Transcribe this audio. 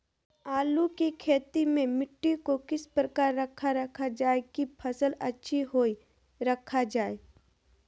आलू की खेती में मिट्टी को किस प्रकार रखा रखा जाए की फसल अच्छी होई रखा जाए?